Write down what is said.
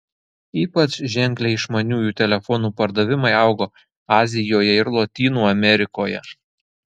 ypač ženkliai išmaniųjų telefonų pardavimai augo azijoje ir lotynų amerikoje